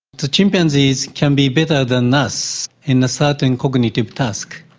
the chimpanzees can be better than us in a certain cognitive task,